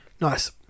Nice